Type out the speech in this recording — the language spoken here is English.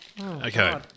Okay